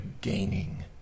gaining